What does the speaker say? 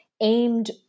aimed